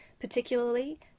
Particularly